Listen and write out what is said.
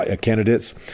candidates